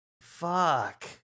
Fuck